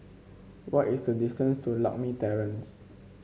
what is the distance to Lakme Terrace